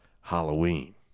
Halloween